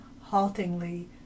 haltingly